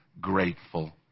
grateful